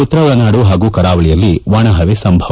ಉತ್ತರ ಒಳನಾಡು ಮತ್ತು ಕರಾವಳಿಯಲ್ಲಿ ಒಣ ಹವೆ ಸಂಭವ